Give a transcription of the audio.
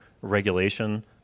regulation